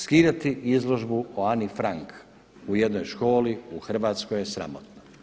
Skidati izložbu o Ani Frank u jednoj školi u Hrvatskoj je sramotno.